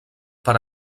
per